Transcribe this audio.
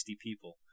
people